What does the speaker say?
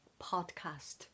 podcast